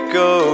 go